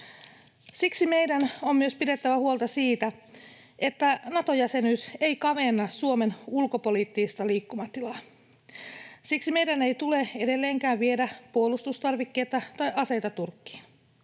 Siksi meidän on myös pidettävä huolta siitä, että Nato-jäsenyys ei kavenna Suomen ulkopoliittista liikkumatilaa. Siksi meidän ei tule edelleenkään viedä puolustustarvikkeita tai aseita Turkkiin.